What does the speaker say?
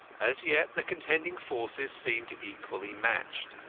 as yet the contending forces seemed equally matched.